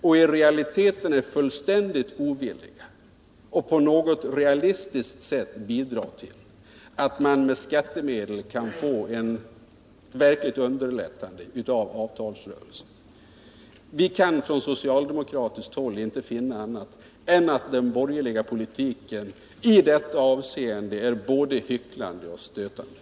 I själva verket är ni fullständigt ovilliga att på något realistiskt sätt bidra till att via skattemedel underlätta avtalsrörelsen. Från socialdemokratiskt håll kan vi inte finna annat än att den borgerliga politiken i detta avseende är både hycklande och stötande.